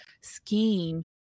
scheme